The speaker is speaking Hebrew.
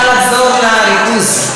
נא לחזור לריכוז.